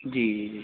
جی جی جی